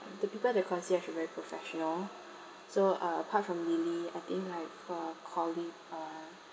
the people at the concierge were very professional so uh apart from lily I think like for colli~ uh